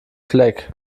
fleck